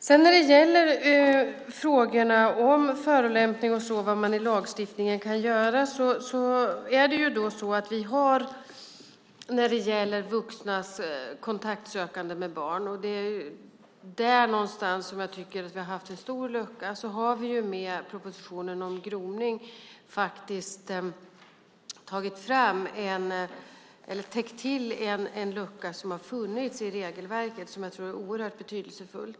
Sedan gäller det frågorna om vad man kan göra i lagstiftningen för att förhindra förolämpningar och sådant. Med propositionen om gromning har vi täppt till en lucka som har funnits i regelverket när det gäller vuxnas kontaktsökande med barn, och där har vi haft en stor lucka. Jag tror att det är oerhört betydelsefullt.